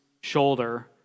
shoulder